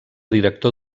director